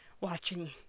watching